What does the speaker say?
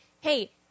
hey